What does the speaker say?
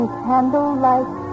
candlelight